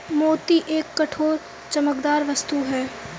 मोती एक कठोर, चमकदार वस्तु है